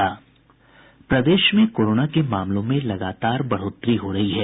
प्रदेश में कोरोना के मामलों में लगातार बढ़ोतरी हो रही है